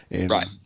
Right